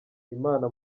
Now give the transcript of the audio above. imana